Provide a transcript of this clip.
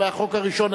החוק הראשון,